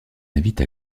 invite